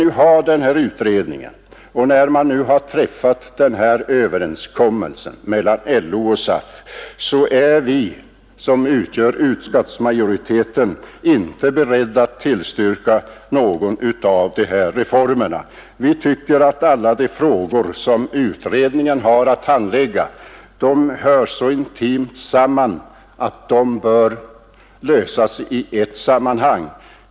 När nu den här utredningen är tillsatt och när man har träffat överenskommelsen mellan LO och SAF är vi som företräder utskottsmajoriteten inte beredda att tillstyrka något av de framlagda förslagen. Vi anser att alla de frågor som utredningen har att handlägga hör så intimt samman att de bör lösas i ett sammanhang.